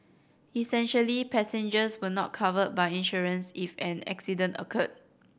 essentially passengers were not covered by insurance if an accident occurred